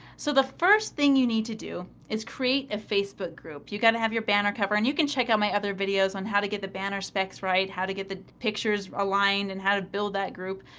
so, the first thing you need to do is create a facebook group. you got to have your banner cover and you can check out my other videos on how to get the banner specs right, how to get the pictures aligned and how to build that group.